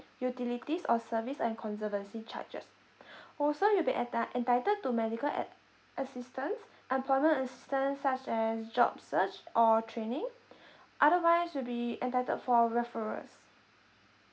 utilities or service and conservancy charges also you'll be enti~ entitled to medical at~ assistance employment assistance such as job search or training otherwise you'll be entitled for referrals